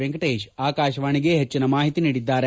ವೆಂಕಟೇಶ್ ಆಕಾಶವಾಣಿಗೆ ಹೆಚ್ಚಿನ ಮಾಹಿತಿ ನೀಡಿದ್ದಾರೆ